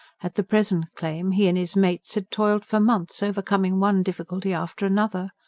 at the present claim he and his mates had toiled for months, overcoming one difficulty after another.